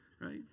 right